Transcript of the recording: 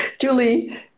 Julie